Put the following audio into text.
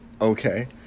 okay